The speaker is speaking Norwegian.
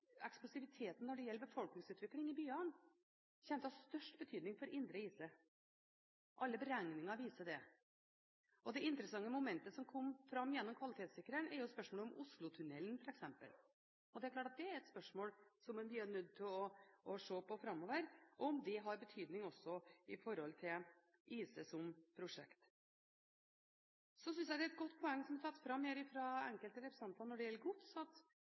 eksplosiviteten når det gjelder befolkningsutvikling i byene, kommer til å ha størst betydning for Indre IC. Alle beregninger viser det. Og det interessante momentet som kom fram gjennom kvalitetssikring, er jo f.eks. spørsmålet om Oslo-tunnelen. Det er klart at dette er et spørsmål vi er nødt til å se på framover, se på om dette også har en betydning knyttet til IC som prosjekt. Så synes jeg det er et godt poeng som er tatt fram her fra enkelte representanter, at det